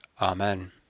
Amen